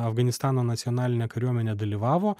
afganistano nacionalinė kariuomenė dalyvavo